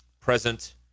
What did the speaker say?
present